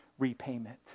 repayment